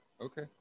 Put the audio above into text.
Okay